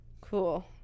Cool